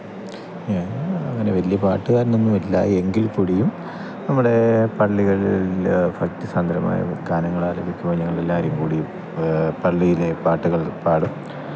ഞാന് അങ്ങനെ വലിയ പാട്ടുകാരനൊന്നുമല്ല എങ്കില്ക്കൂടിയും നമ്മുടെ പള്ളികളിൽ ഭക്തിസാന്ദ്രമായ ഗാനങ്ങളാലപിക്കുവാന് ഞങ്ങളെല്ലാവരും കൂടി പള്ളിയിലെ പാട്ടുകള് പാടും